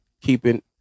keeping